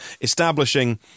establishing